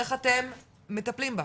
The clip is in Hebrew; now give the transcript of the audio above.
איך אתם מטפלים בה?